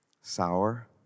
Sour